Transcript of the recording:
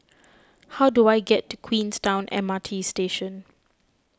how do I get to Queenstown M R T Station